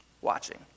watching